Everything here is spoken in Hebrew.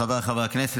חבריי חברי הכנסת,